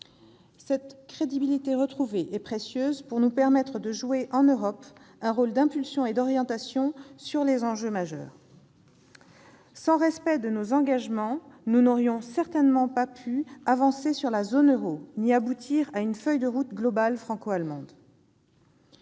Cette crédibilité retrouvée est précieuse pour nous permettre de jouer en Europe un rôle d'impulsion et d'orientation sur les enjeux majeurs. Sans respect de nos engagements, nous n'aurions certainement pas pu avancer sur la zone euro, ni aboutir à une feuille de route globale franco-allemande.